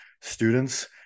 students